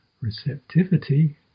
receptivity